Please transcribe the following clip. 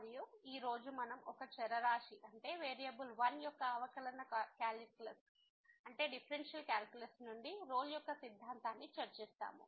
మరియు ఈ రోజు మనం ఒక చరరాశి వేరియబుల్ వన్ యొక్క అవకలన calculus differential calculus differential calculus నుండి రోల్ యొక్క సిద్ధాంతాన్ని చర్చిస్తాము